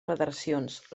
federacions